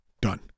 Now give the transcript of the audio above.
Done